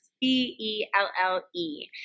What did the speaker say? B-E-L-L-E